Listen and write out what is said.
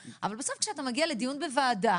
אבל בסוף כשאתה מגיע לדיון בוועדה